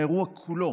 האירוע כולו